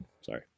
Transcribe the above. Sorry